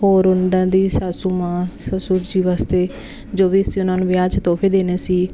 ਹੋਰ ਉਹਨਾਂ ਦੀ ਸਾਸੂ ਮਾਂ ਸਸੁਰ ਜੀ ਵਾਸਤੇ ਜੋ ਵੀ ਅਸੀਂ ਉਹਨਾਂ ਨੂੰ ਵਿਆਹ 'ਚ ਤੋਹਫੇ ਦੇਣੇ ਸੀ